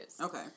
Okay